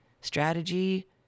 Strategy